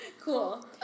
cool